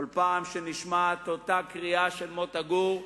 כל פעם שנשמעת אותה קריאה של מוטה גור,